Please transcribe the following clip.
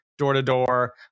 door-to-door